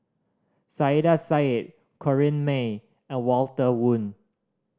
Saiedah Said Corrinne May and Walter Woon